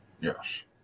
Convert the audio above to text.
Yes